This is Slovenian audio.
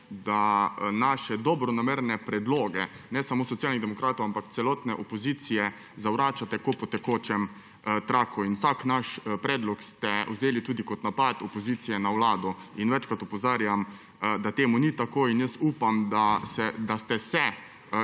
da naše dobronamerne predloge, ne samo Socialnih demokratov, ampak celotne opozicije, zavračate kot po tekočem traku. Vsak naš predlog ste vzeli tudi kot napad opozicije na vlado. Večkrat opozarjam, da temu ni tako in jaz upam, da ste se